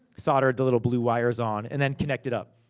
soldered the little blue wires on, and then connected up.